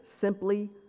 simply